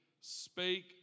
spake